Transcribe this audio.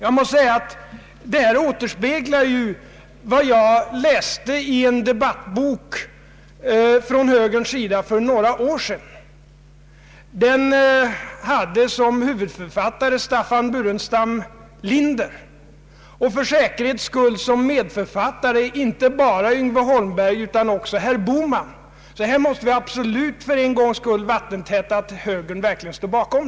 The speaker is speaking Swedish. Detta återspeglar också vad jag läste i en debattbok från högerns sida för några år sedan. Den hade som huvudförfattare Staffan Burenstam Linder, och för säkerhets skull som medförfattare inte bara Yngve Holmberg utan också herr Bohman, så här måste det väl för en gångs skull vara vattentätt att högern verkligen står bakom.